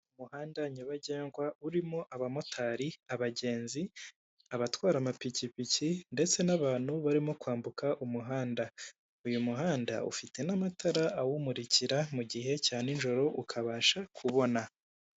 Umuhanda nyabagendwa urimo abamotari, abagenzi, abatwara amapikipiki ndetse n'abantu barimo kwambuka umuhanda, uyu muhanda ufite n'amatara awumurikira mu gihe cya n'ijoro ukabasha kubona.